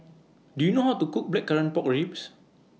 Do YOU know How to Cook Blackcurrant Pork Ribs